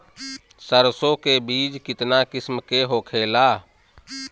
सरसो के बिज कितना किस्म के होखे ला?